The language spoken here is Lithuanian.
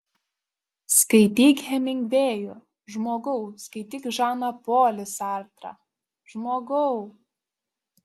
skaityk hemingvėjų žmogau skaityk žaną polį sartrą žmogau